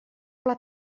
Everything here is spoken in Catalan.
pla